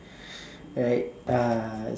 right uh